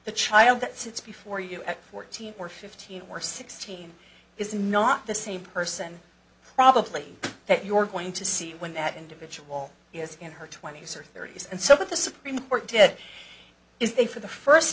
the child that sits before you at fourteen or fifteen or sixteen is not the same person probably that you're going to see when that individual is in her twenty's or thirty's and so what the supreme court did is they for the first